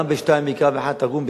גם בשניים מקרא ואחד תרגום,